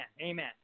amen